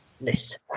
list